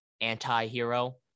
anti-hero